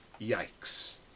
yikes